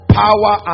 power